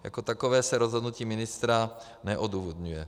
Jako takové se rozhodnutí ministra neodůvodňuje.